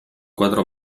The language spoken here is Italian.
quattro